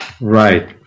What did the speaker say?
Right